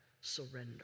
surrender